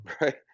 right